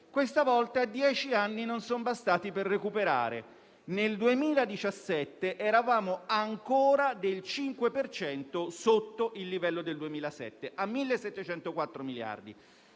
questa volta dieci anni non sono bastati per recuperare. Nel 2017 eravamo ancora del 5 per cento sotto il livello del 2007, a 1.704 miliardi,